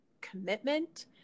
commitment